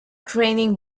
training